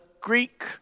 Greek